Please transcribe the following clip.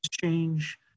change